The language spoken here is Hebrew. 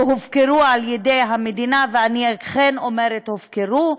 שהופקרו על ידי המדינה, ואני אכן אומרת "הופקרו":